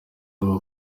avuga